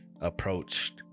approached